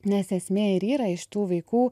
nes esmė ir yra iš tų vaikų